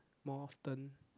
more often